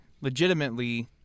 legitimately